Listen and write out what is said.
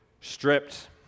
stripped